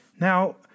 Now